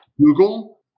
Google